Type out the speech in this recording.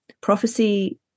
prophecy